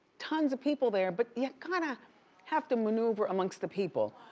tons of people there, but ya kinda have to maneuver amongst the people,